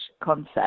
concept